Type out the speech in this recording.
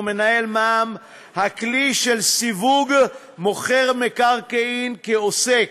מנהל מע"מ הכלי של סיווג מוכר מקרקעין כעוסק,